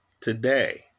today